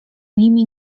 nimi